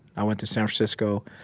i went to san francisco.